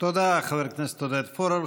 תודה לחבר הכנסת עודד פורר.